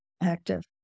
active